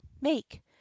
make